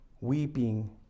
weeping